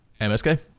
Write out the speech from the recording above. MSK